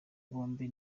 bombi